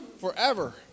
forever